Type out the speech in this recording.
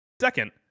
second